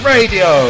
Radio